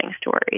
stories